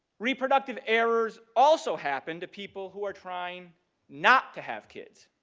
reproductive errors also happened to people who are trying not to have kids.